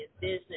business